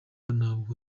ntabwo